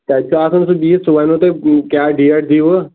تَتہِ چھُ آسان سُہ بِہِتھ سُہ ونِو تۄہہِ کیٛاہ ڈیٹ دِیٖوٕ